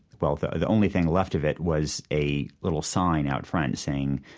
well, the the only thing left of it was a little sign out front saying,